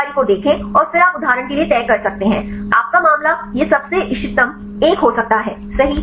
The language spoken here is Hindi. फिर इस जानकारी को देखें और फिर आप उदाहरण के लिए तय कर सकते हैं आपका मामला यह सबसे इष्टतम एक हो सकता है